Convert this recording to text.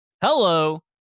Hello